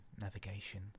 navigation